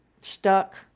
stuck